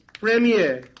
Premier